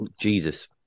Jesus